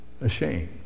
ashamed